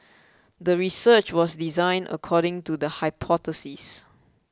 the research was designed according to the hypothesis